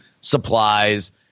supplies